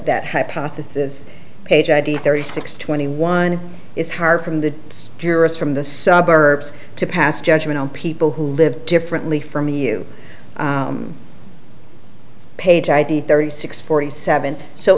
that hypothesis page id thirty six twenty one is hard from the jurors from the suburbs to pass judgment on people who live differently from you page id thirty six forty seven so